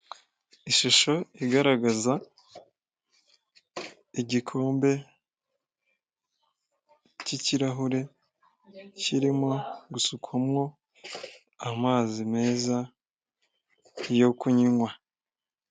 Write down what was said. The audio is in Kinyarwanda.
Ishusho igaragaza igikombe cy'ikirahure kirimo gusukwamo amazi meza yo kunywa.